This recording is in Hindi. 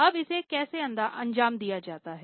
अब इसे कैसे अंजाम दिया जाता है